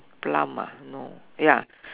plum ah no ya